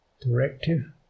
Directive